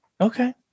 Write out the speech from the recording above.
Okay